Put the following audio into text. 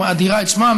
ומאדירה את שמם,